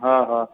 हा हा